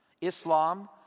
Islam